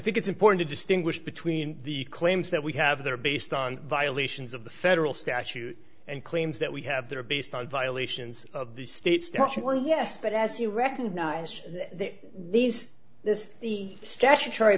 think it's important to distinguish between the claims that we have there based on violations of the federal statute and claims that we have that are based on violations of the state statute or yes but as you recognize these this is the statutory